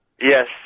Yes